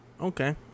Okay